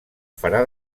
farà